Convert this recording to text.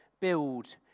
Build